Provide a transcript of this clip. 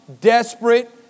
desperate